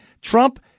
Trump